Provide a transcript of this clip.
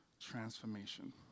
transformation